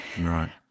Right